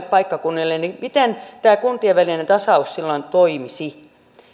paikkakunnilla niin miten tämä kuntien välinen tasaus silloin toimisi